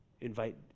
invite